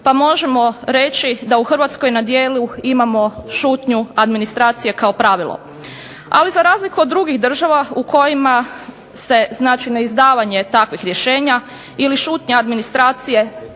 pa možemo reći da u Hrvatskoj na djelu imamo šutnju administracije kao pravilo. Ali za razliku od drugih država u kojima se neizdavanje takvih rješenja ili šutnja administracije